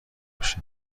بشه